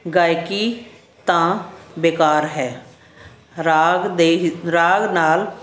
ਗਾਇਕੀ ਤਾਂ ਬੇਕਾਰ ਹੈ ਰਾਗ ਦੇ ਰਾਗ ਨਾਲ